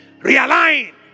realign